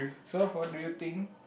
so what do you think